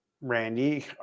Randy